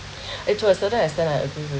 it was the test then I agree with